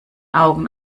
augen